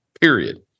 Period